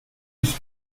east